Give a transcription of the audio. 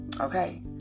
Okay